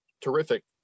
terrific